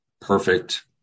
perfect